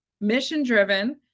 mission-driven